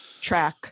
track